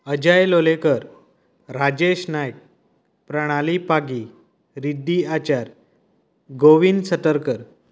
Ajay Lolayekar Rajesh Naik Pranali Pagi Riddhi Acharya Govind Satarkar